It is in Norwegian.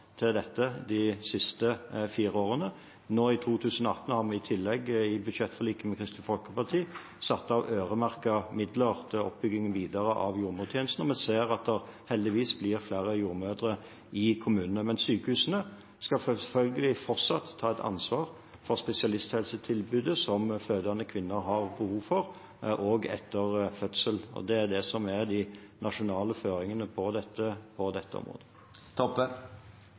til dette de siste fire årene. Nå i 2018 har vi i budsjettforliket med Kristelig Folkeparti i tillegg satt av øremerkede midler til en videre oppbygging av jordmortjenesten, og vi ser heldigvis at det blir flere jordmødre i kommunene. Men sykehusene skal selvfølgelig fortsatt ta et ansvar for spesialisthelstilbudet som fødende kvinner har behov for også etter fødselen. Det er de nasjonale føringene på dette